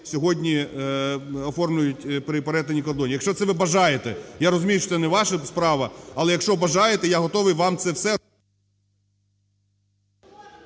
сьогодні оформлюють при перетині кордону. Якщо це ви бажаєте. Я розумію, що це не ваша справа. Але, якщо бажаєте, я готовий вам це все…